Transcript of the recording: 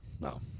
No